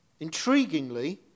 Intriguingly